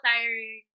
tiring